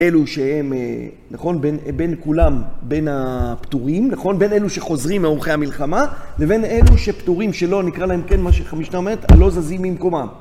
אלו שהם, נכון? בין אה... בין כולם, בין הפטורים, נכון? בין אלו שחוזרים מאורחי המלחמה, לבין אלו שפטורים שלא, נקרא להם, כן? מה שחמישתא אומרת, לא זזים ממקומם.